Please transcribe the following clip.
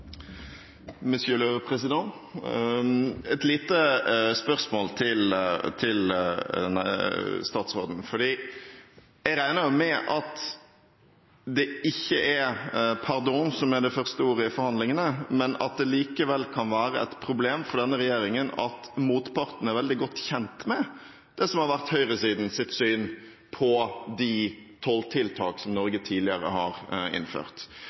som er det første ordet i forhandlingene, men at det likevel kan være et problem for denne regjeringen at motparten er veldig godt kjent med det som har vært høyresidens syn på de tolltiltak som Norge tidligere har innført.